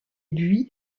buis